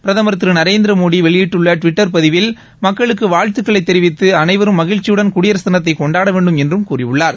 பிரதமர் திரு நரேந்திர மோடி வெளியிட்டுள்ள டுவிட்டர் பதிவில் மக்களுக்கு வாழ்த்துகளை தெரிவித்து அனைவரும் மகிழ்ச்சியுடன் குடியரசு தினத்தை கொண்டாட வேண்டும் என்று கூறியுள்ளார்